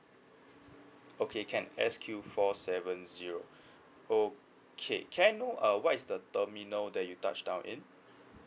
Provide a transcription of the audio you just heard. okay can S_Q four seven zero okay can I know uh what is the terminal that you touched down in